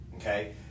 okay